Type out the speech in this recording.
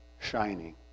shining